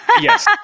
Yes